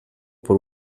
por